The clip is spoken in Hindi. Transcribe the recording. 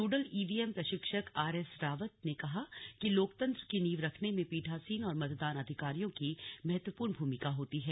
नोडल ईवीएम प्रशिक्षक आरएस रावत ने कहा कि लोकतंत्र की नींव रखने में पीठासीन और मतदान अधिकारियों की महत्वपूर्ण भूमिका होती है